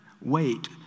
wait